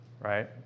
right